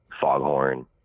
Foghorn